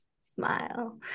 Smile